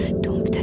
ah don't